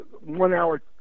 one-hour